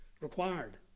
required